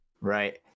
Right